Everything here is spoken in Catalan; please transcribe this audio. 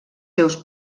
seus